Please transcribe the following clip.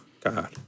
god